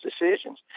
decisions